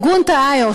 ארגון "תעאיוש",